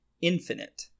Infinite